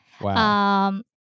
Wow